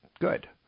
good